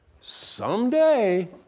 someday